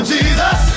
Jesus